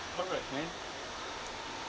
alright man